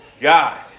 God